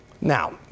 now